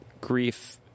grief